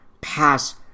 pass